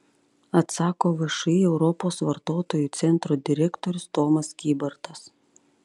atsako všį europos vartotojų centro direktorius tomas kybartas